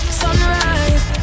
sunrise